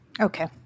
Okay